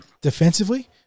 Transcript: defensively